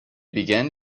began